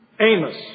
Amos